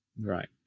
Right